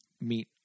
meet